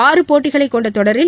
ஆறு போட்டிகளைக் கொண்ட தொடரில்